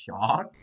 shock